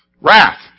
Wrath